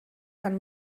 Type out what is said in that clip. kann